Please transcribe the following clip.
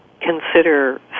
consider